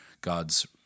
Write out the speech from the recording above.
God's